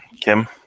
Kim